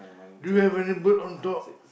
do you have any bird on top